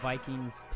Vikings